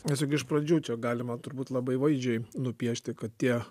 nes juk iš pradžių čia galima turbūt labai vaizdžiai nupiešti kad tie